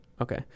Okay